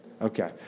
Okay